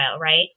right